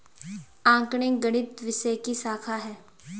आंकड़े गणित विषय की शाखा हैं